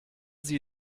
sie